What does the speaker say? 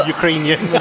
Ukrainian